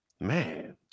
Man